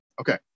Okay